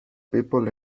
people